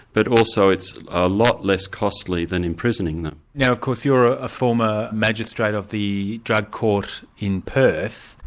but also it's a lot less costly than imprisoning them. now of course you're a former magistrate of the drug court in perth.